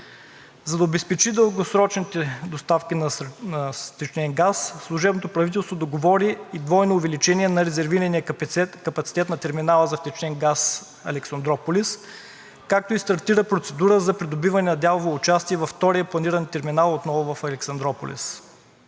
За да обезпечи дългосрочните доставки на втечнен газ, служебното правителство договори и двойно увеличение на резервирания капацитет на терминала за втечнен газ Александруполис, както и стартира процедура за придобиване на дялово участие във втория планиран терминал в Александруполис.